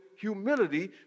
humility